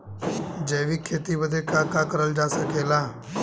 जैविक खेती बदे का का करल जा सकेला?